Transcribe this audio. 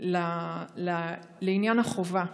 לעניין החובה,